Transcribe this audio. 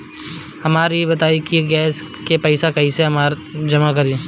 हमका ई बताई कि गैस के पइसा कईसे जमा करी?